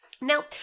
Now